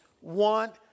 want